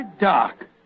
dark